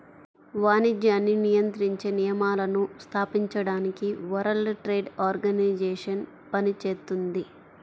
వాణిజ్యాన్ని నియంత్రించే నియమాలను స్థాపించడానికి వరల్డ్ ట్రేడ్ ఆర్గనైజేషన్ పనిచేత్తుంది